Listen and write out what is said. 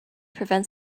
prevents